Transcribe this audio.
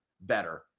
better